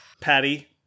patty